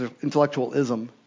intellectualism